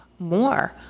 more